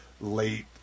late